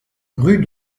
rue